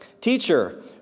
Teacher